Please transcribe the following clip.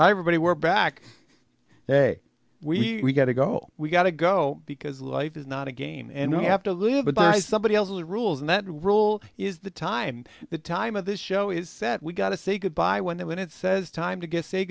thank everybody we're back hey we got to go we got to go because life is not a game and you have to live by somebody else's rules and that rule is the time the time of this show is set we got to say goodbye when that when it says time to get say